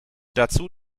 dazu